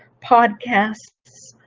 podcasts,